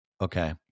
Okay